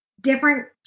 different